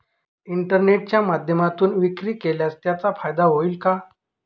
इंटरनेटच्या माध्यमातून विक्री केल्यास त्याचा फायदा होईल का?